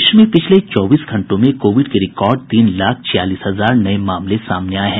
देश में पिछले चौबीस घंटों में कोविड के रिकॉर्ड तीन लाख छियालीस हजार नये मामले सामने आए हैं